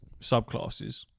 subclasses